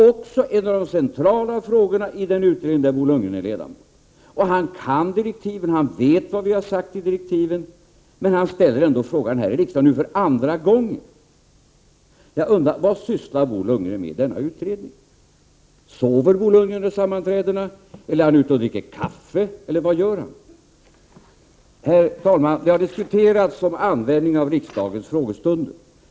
Också detta är en av de centrala frågorna i den utredning där Bo Lundgren är ledamot. Han kan direktiven och vet vad vi har sagt i direktiven, men han ställer ändå frågan här i riksdagen, nu för andra gången. Jag undrar: Vad sysslar Bo Lundgren med i denna utredning? Sover Bo Lundgren vid sammanträdena, eller är han ute och dricker kaffe — vad gör han? Herr talman! Det har diskuterats om användningen av riksdagens frågestunder.